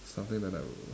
something that I would